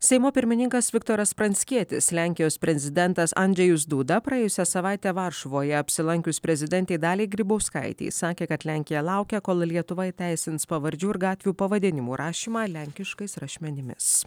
seimo pirmininkas viktoras pranckietis lenkijos prezidentas andžejus duda praėjusią savaitę varšuvoje apsilankius prezidentei daliai grybauskaitei sakė kad lenkija laukia kol lietuva įteisins pavardžių ir gatvių pavadinimų rašymą lenkiškais rašmenimis